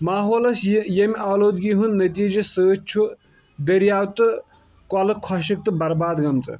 ماحولَس یہِ ییٚمہِ آلودگی ہُنٛد نٔتیٖجہٕ سۭتۍ چھ دٔرۍیاب تہٕ کۄلہٕ خۄشٔک تہٕ برباد گٔمژٕ